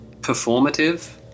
performative